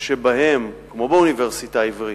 כמו באוניברסיטה העברית,